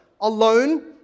alone